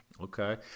okay